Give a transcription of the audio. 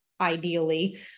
ideally